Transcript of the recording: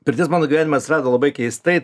pirtis mano gyvenimas rado labai keistai